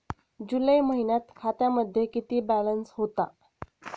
जुलै महिन्यात खात्यामध्ये किती बॅलन्स होता?